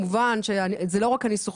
כמובן שזה לא רק הניסוחים,